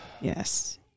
yes